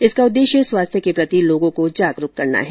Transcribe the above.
इसका उद्देश्य स्वास्थ्य के प्रति लोगों को जागरूक करना है